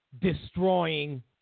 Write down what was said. destroying